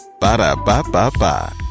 Ba-da-ba-ba-ba